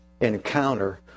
encounter